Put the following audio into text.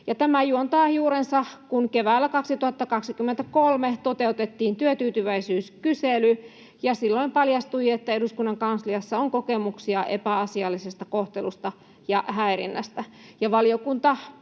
Tämä juontaa juurensa siitä, kun keväällä 2023 toteutettiin työtyytyväisyyskysely. Silloin paljastui, että eduskunnan kansliassa on kokemuksia epäasiallisesta kohtelusta ja häirinnästä.